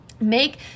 make